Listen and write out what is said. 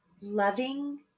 loving